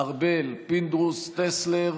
ארבל, פינדרוס, טסלר,